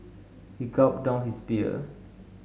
he gulped down his beer